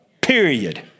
period